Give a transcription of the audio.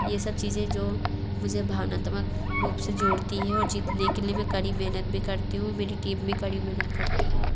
ये सब चीज़ें जो मुझे भावनात्मक रूप से जोड़ती है और जीतने के लिए मैं कड़ी मेहनत भी करती हूँ मेरी टीम भी कड़ी मेहनत करती है